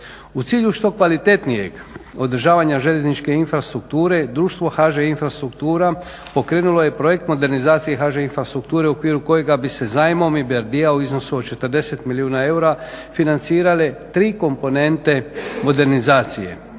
U cilju što kvalitetnijeg održavanja željezničke infrastrukture društvo HŽ-Infrastruktura pokrenulo je projekt modernizacije HŽ-Infrastrukture u okviru kojega bi se zajmom EBRD-a u iznosu od 40 milijuna eura financirale tri komponente modernizacije.